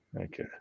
okay